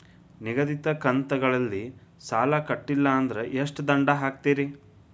ನಿಗದಿತ ಕಂತ್ ಗಳಲ್ಲಿ ಸಾಲ ಕಟ್ಲಿಲ್ಲ ಅಂದ್ರ ಎಷ್ಟ ದಂಡ ಹಾಕ್ತೇರಿ?